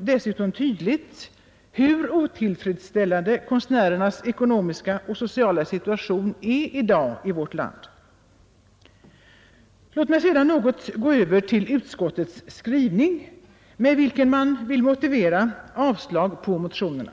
dessutom tydligt hur otillfredsställande konstnärernas ekonomiska och sociala situation är i dag i vårt land. Låt mig sedan något gå över till utskottets skrivning, med vilken man vill motivera avslag på motionerna.